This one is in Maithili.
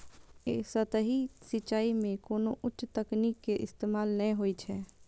सतही सिंचाइ मे कोनो उच्च तकनीक के इस्तेमाल नै होइ छै